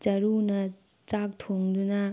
ꯆꯔꯨꯅ ꯆꯥꯛ ꯊꯣꯡꯗꯨꯅ